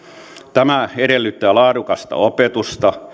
tämä edellyttää laadukasta opetusta